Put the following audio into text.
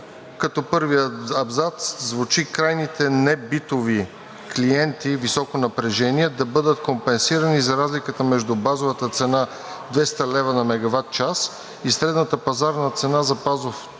като първият абзац звучи: „Крайните небитови клиенти високо напрежение да бъдат компенсирани за разликата между базовата цена 200 лв. на мегаватчас и средната пазарна цена за базов товар